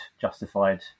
justified